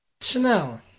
Chanel